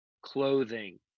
clothing